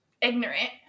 ignorant